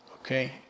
Okay